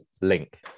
link